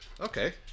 okay